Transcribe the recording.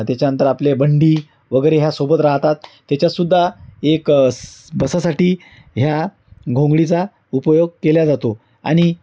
त्याच्यानंतर आपले बंडी वगैरे ह्या सोबत राहतात त्याच्यातसुद्धा एक स बसासाठी ह्या घोंगडीचा उपयोग केला जातो आणि